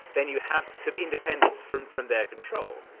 then you have sort of independence from from their control.